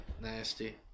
nasty